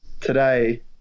Today